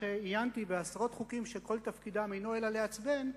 כשעיינתי בעשרות חוקים שכל תפקידם אינו אלא לעצבן,